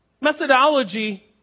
Methodology